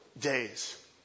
days